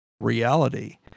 reality